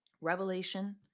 revelation